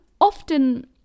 often